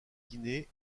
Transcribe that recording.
guinée